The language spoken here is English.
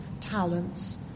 talents